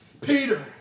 Peter